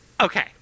Okay